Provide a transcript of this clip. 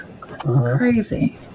crazy